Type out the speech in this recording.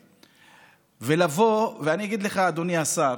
עליהן, אני אגיד לך, אדוני השר: